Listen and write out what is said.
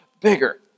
bigger